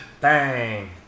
bang